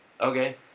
Okay